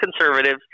conservatives